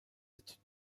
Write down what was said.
études